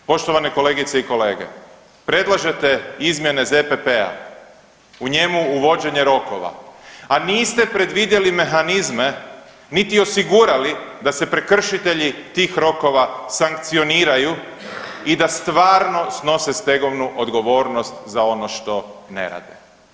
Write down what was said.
Poštovane kolegice i kolege, predlažete izmjene ZPP-a u njemu vođenje rokova, a niste predvidjeli mehanizme niti osigurali da se prekršitelji tih rokova sankcioniraju i da stvarno snose stegovnu odgovornost za ono što ne rade.